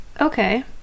okay